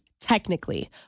technically